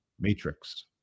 matrix